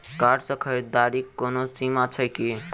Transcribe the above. Card सँ खरीददारीक कोनो सीमा छैक की?